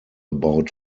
about